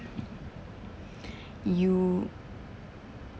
you